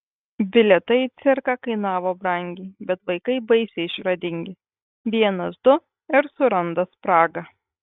bilietai į cirką kainavo brangiai bet vaikai baisiai išradingi vienas du ir suranda spragą